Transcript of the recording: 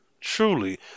Truly